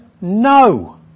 No